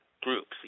groups